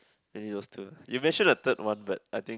eh yours too you mentioned a third one but I think